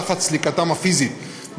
תחת סליקתם הפיזית.